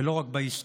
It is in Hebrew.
ולא רק בהיסטוריה.